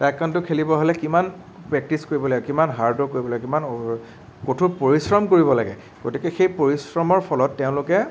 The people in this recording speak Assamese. টায়কাণ্ড খেলিব হ'লে কিমান প্ৰেক্টিচ কৰিব লাগিব কিমান হাৰ্ড ৱৰ্ক কৰিব লাগিব কিমান কঠোৰ পৰিশ্ৰম কৰিব লাগে গতিকে সেই পৰিশ্ৰমৰ ফলত তেওঁলোকে